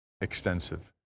extensive